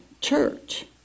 church